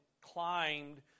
climbed